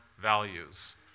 values